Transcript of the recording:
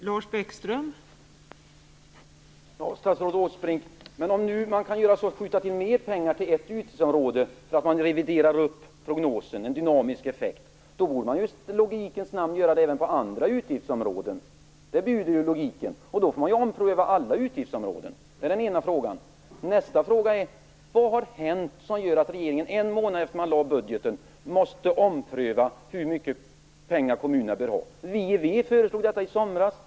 Fru talman! Men om man nu, statsrådet Åsbrink, kan skjuta till mer pengar till ett utgiftsområde för att man reviderar prognosen, får en dynamisk effekt, då borde man i logikens namn göra det även på andra utgiftsområden. Det bjuder logiken. Då får man ompröva alla utgiftsområden. Det är det ena jag undrar över. Nästa fråga är: Vad har hänt som gör att regeringen en månad efter det att man lade fram budgeten måste ompröva hur mycket pengar kommunerna bör ha? Vi föreslog detta i somras.